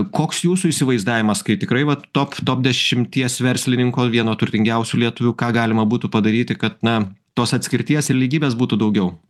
koks jūsų įsivaizdavimas kai tikrai va top top dešimties verslininko vieno turtingiausių lietuvių ką galima būtų padaryti kad na tos atskirties ir lygybės būtų daugiau